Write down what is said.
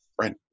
right